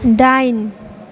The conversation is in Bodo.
दाइन